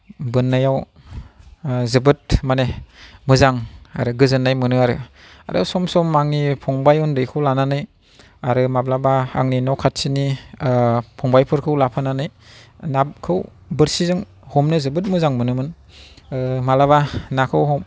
बोननायाव जोबोद माने मोजां आरो गोजोननाय मोनो आरो आरो सम सम आंनि फंबाय उन्दैखौ लानानै आरो माब्लाबा आंनि न' खाथिनि फंबायफोरखौ लाफानानै नाखौ बोरसिजों हमनो जोबोद मोजां मोनोमोन माब्लाबा नाखौ